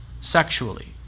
sexually